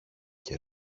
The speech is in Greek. και